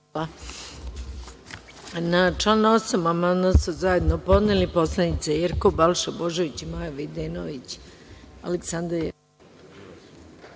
Hvala.